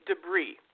debris